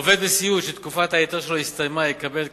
עובד בסיעוד שתקופת ההיתר שלו הסתיימה יקבל את